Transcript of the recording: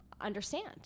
understand